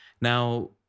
Now